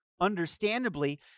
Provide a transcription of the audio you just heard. understandably